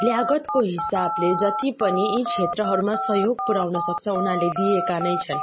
लागतको हिसाबले जति पनि यी क्षेत्रहरूमा सहयोग पुर्याउन सक्छ उनीहरूले दिएका नै छन्